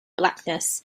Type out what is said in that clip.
blackness